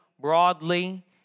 broadly